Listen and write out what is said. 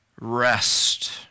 rest